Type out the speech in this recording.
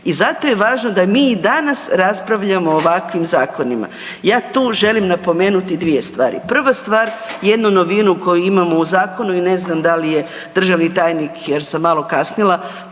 I zato je važno da mi i danas raspravljamo o ovakvim zakonima. Ja tu želim napomenuti dvije svari, prva stvar jednu novinu koju imamo u zakonu i ne znam da li je državni tajnik jer sam malo kasnila